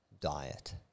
diet